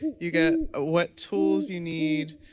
you got ah what tools you need,